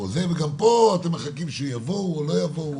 וגם פה אתם מחכים שיבואו או לא יבואו,